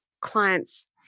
clients